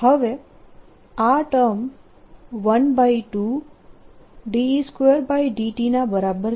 હવે આ term 12E2∂t ના બરાબર છે